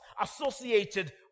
associated